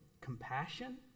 compassion